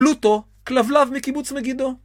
פלוטו, כלבלב מקיבוץ מגידו.